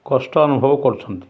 କଷ୍ଟ ଅନୁଭବ କରୁଛନ୍ତି